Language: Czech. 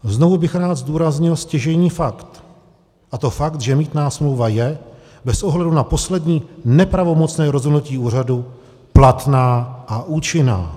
Znovu bych rád zdůraznil stěžejní fakt, a to fakt, že mýtná smlouva je bez ohledu na poslední nepravomocné rozhodnutí úřadu platná a účinná.